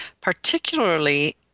particularly